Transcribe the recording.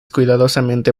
cuidadosamente